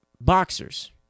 boxers